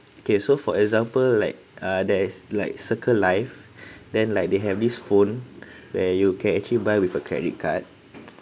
okay so for example like ah there's like circle life then like they have this phone where you can actually buy with a credit card